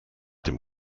dem